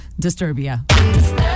Disturbia